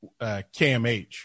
kmh